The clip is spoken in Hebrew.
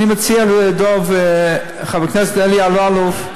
אני מציע לדב: חבר הכנסת אלי אלאלוף,